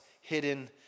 hidden